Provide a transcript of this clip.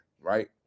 right